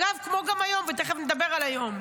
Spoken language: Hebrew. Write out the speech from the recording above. אגב, כמו גם היום, ותכף נדבר על היום.